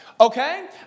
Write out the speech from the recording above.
okay